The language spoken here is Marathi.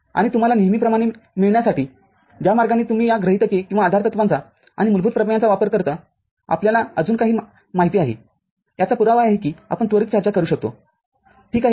आणि तुम्हाला नेहमीप्रमाणे मिळण्यासाठी ज्यामार्गाने तुम्ही या गृहीतकेकिंवा आधारतत्वांचाआणि मूलभूत प्रमेयांचा वापर करतो आपल्याला अजून काही माहिती आहे याचा पुरावा आहे की आपण त्वरीत चर्चा करू शकतो ठीक आहे